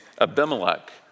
Abimelech